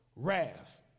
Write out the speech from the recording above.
Wrath